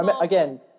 again